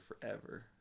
forever